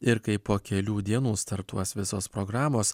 ir kai po kelių dienų startuos visos programos